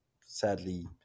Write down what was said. sadly